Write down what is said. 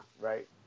Right